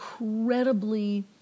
incredibly